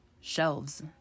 shelves